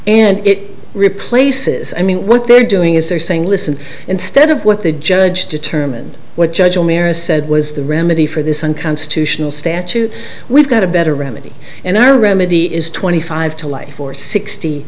and it replaces i mean one they're doing is they're saying listen instead of what the judge determined what judge o'meara said was the remedy for this unconstitutional statute we've got a better remedy and our remedy is twenty five to life or sixty